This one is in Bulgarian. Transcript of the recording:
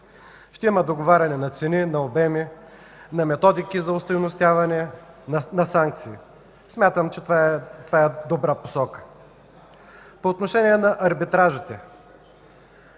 ще има договаряне на цени, на обеми, на методики за остойностяване, на санкции. Смятам, че това е добра посока. По отношение на арбитражите,